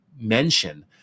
mention